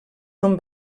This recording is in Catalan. són